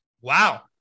wow